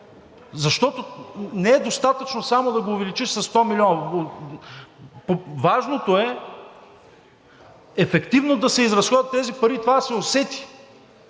Защото не е достатъчно само да го увеличиш със 100 милиона, важното е ефективно да се изразходват тези пари и това да се усети